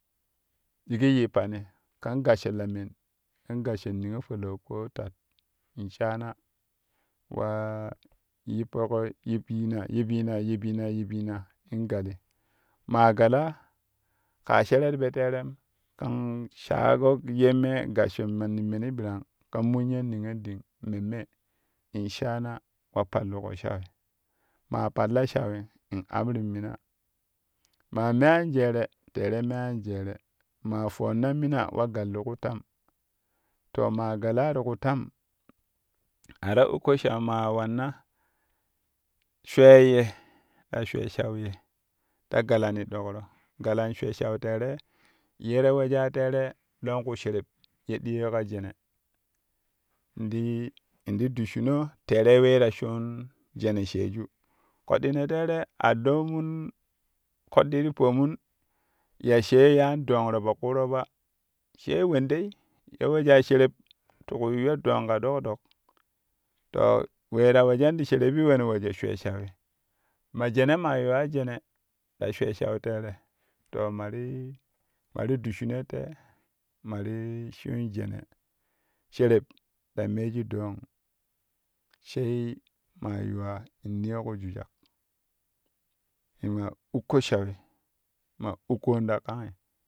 Digii yippani kɛn gassho la men kɛn gassho niyo palau koo tat in shaana wa yippoƙo yipyina yipyin yipyina yipyina in gali maa gala kaa shero ti po teerem kɛn shago ye mei gassho manni meni ɓirang kɛn munyon niyonɗing memme in shaana wa palluƙo shaui maa palla shaui in amrin mina maa me anjeere teerei me an jeere maa foonna mina wagalti ku tam to ma gala ti ku tam a ta ukko shauim maa wanna shwee ye ta shwee shau ye ta galani ɗokro galan shwee shau teere ye ƙɛ wejaa teere longku shereb ye diyo ka jene in ti inti dusshino teerei wee ta shuun jene sheju koɗɗino teere a ɗon mun koɗɗi ti pomun ya shee yaan ɗongro po ƙuro ba sai wendei ye wejaa shereb ti ku yuyyo dong ka dok dok to wee ta wejani ti sherebi wen wejo shwee shaui ma jene ma yuwa jene la shwee shau tere to ma ti ma ti dusshinoi tei ma ti shuun jene shereb ta meeju doong sai ma yuwa in niyo ku jujak in wa ukko shaui ma ukkon ta kangi.